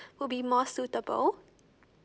would be more suitable